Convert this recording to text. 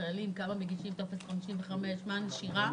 כמה מגישים טופס 55 ומה הנשירה.